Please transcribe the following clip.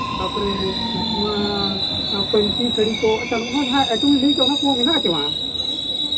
ᱛᱟᱨᱯᱚᱨᱮ ᱱᱚᱣᱟ ᱯᱟᱹᱧᱪᱤ ᱥᱟᱹᱲᱤ ᱠᱚ ᱟᱪᱪᱷᱟ ᱱᱚᱣᱟ ᱜᱮᱦᱟᱸᱜ ᱚᱱᱟᱠᱚ ᱢᱮᱱᱟᱜ ᱟᱪᱮ ᱵᱟᱝᱟ